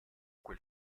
quel